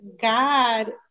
god